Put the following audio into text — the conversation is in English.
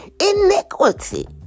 iniquity